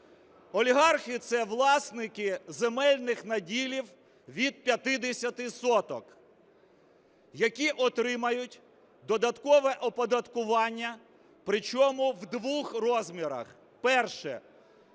Олігархи – це власники земельних наділів від 50 соток, які отримають додаткове оподаткування, причому в двох розмірах. Перше.